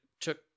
took